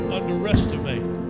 underestimate